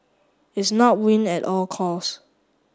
it's not win at all cost